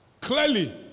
Clearly